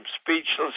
speechless